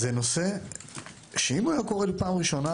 זה אירוע שאם הוא היה קורה לי פעם ראשונה